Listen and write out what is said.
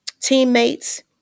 teammates